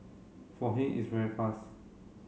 for him it's very fast